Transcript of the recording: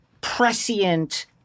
prescient